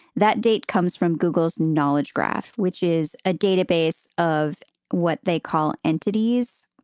that date comes from google's knowledge graph, which is a database of what they call entities.